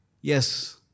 Yes